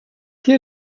hier